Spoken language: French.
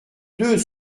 deux